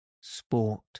sport